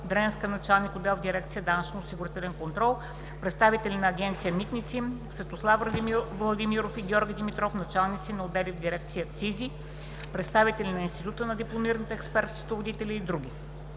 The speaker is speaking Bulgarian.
Дренска – началник на отдел в дирекция ”Данъчно-осигурителна методология”, представителите на Агенция „Митници” – Светослав Владимиров и Георги Димитров – началници на отдели в дирекция „Акцизи”, представители на Института на дипломираните експерт-счетоводители и др.